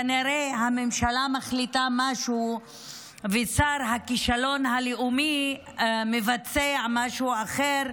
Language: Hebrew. כנראה הממשלה מחליטה משהו ושר הכישלון הלאומי מבצע משהו אחר.